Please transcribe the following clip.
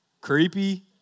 Creepy